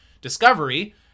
discovery